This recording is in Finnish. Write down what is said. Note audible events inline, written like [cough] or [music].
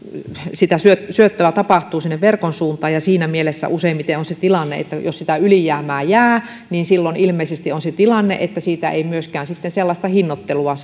sitä syöttöä tapahtuu verkon suuntaan ja siinä mielessä useimmiten on se tilanne että jos sitä ylijäämää jää niin silloin ilmeisesti siitä ei myöskään sellaista hinnoittelua [unintelligible]